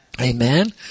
Amen